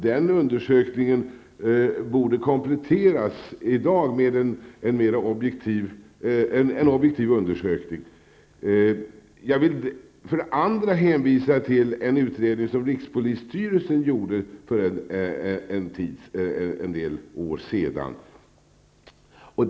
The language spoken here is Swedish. Den utredningen borde i dag kompletteras med en objektiv undersökning. För det andra vill jag hänvisa till en utredning som rikspolisstyrelsen gjorde för en del år sedan.